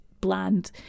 bland